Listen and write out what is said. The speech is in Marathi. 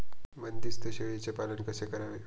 बंदिस्त शेळीचे पालन कसे करावे?